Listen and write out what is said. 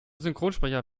synchronsprecher